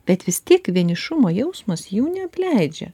bet vis tiek vienišumo jausmas jų neapleidžia